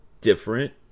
different